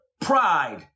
pride